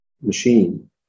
machine